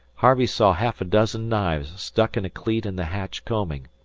harvey saw half a dozen knives stuck in a cleat in the hatch combing.